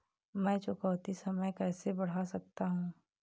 मैं चुकौती समय कैसे बढ़ा सकता हूं?